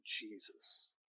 Jesus